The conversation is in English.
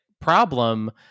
problem